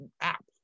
app